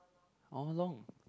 how long